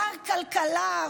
מר כלכלה,